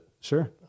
Sure